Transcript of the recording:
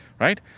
right